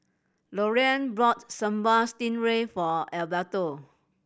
Lorene bought Sambal Stingray for Alberto